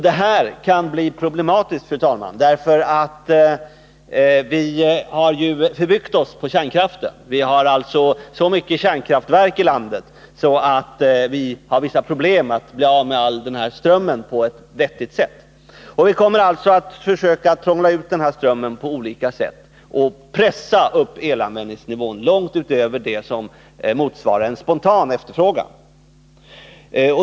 Det här kan bli problematiskt, fru talman, eftersom vi förbyggt oss på kärnkraften. Vi har så många kärnkraftverk i landet att vi har vissa problem att bli av med all den här strömmen på ett vettigt sätt. Vi kommer alltså att försöka prångla ut den här strömmen på olika sätt och pressa upp elanvändningsnivån långt utöver det som motsvarar en spontan efterfrågan.